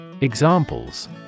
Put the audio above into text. Examples